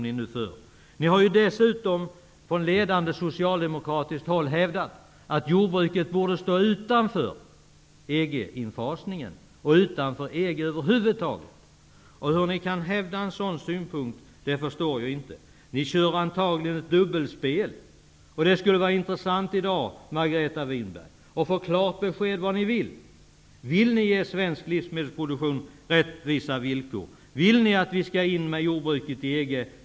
Ni har dessutom, från ledande socialdemokratiskt håll, hävdat att jordbruket borde stå utanför EG infasningen och utanför EG över huvud taget. Hur ni kan hävda en sådan synpunkt förstår jag inte. Ni kör antagligen ett dubbelspel. Det skulle vara intressant att i dag få ett klart besked av Margareta Winberg vad ni vill: Vill ni ge svensk livsmedelsproduktion rättvisa villkor? Vill ni att vi skall gå in med jordbruket i EG?